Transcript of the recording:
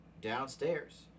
downstairs